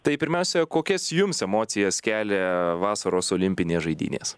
tai pirmiausia kokias jums emocijas kelia vasaros olimpinės žaidynės